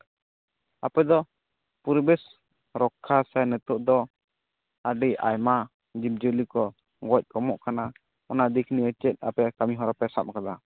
ᱟᱯᱮ ᱫᱚ ᱯᱚᱨᱤᱵᱮᱥ ᱨᱚᱠᱠᱷᱟ ᱥᱮ ᱱᱤᱛᱳᱜ ᱫᱚ ᱟᱹᱰᱤ ᱟᱭᱢᱟ ᱡᱤᱵᱽᱼᱡᱤᱭᱟᱹᱞᱤ ᱠᱚ ᱜᱚᱡ ᱠᱚᱢᱚᱜ ᱠᱟᱱᱟ ᱚᱱᱟ ᱫᱤᱠ ᱱᱤᱭᱮ ᱪᱮᱫ ᱟᱯᱮ ᱠᱟᱹᱢᱤ ᱦᱚᱨᱟ ᱯᱮ ᱥᱟᱵ ᱟᱠᱟᱫᱟ